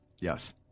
Yes